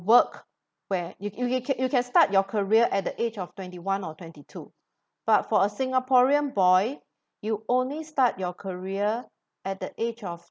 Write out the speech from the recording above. work where you you you can you can start your career at the age of twenty one or twenty two but for a singaporean boy you only start your career at the age of